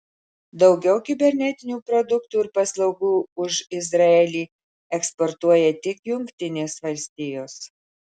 daugiau kibernetinių produktų ir paslaugų už izraelį eksportuoja tik jungtinės valstijos